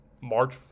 March